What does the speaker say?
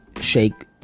shake